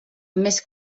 més